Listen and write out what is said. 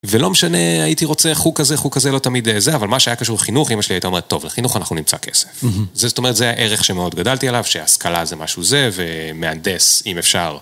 ולא משנה, הייתי רוצה חוג כזה, חוג כזה, לא תמיד זה, אבל מה שהיה קשור לחינוך, אמא שלי הייתה אומרת, טוב, לחינוך אנחנו נמצא כסף. זאת אומרת, זה הערך שמאוד גדלתי עליו, שההשכלה זה משהו זה, ומהנדס, אם אפשר.